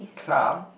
club